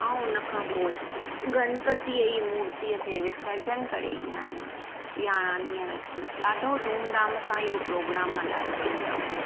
ऐं हुनखां पोइ गणपतीअ जी मूर्तीअ खे विसर्जन करे ईंदा आहिनि यारहं ॾींहं रखी ॾाढो धूम धाम सां इहो प्रोग्राम मल्हायो वेंदो आहे